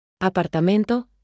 Apartamento